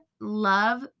love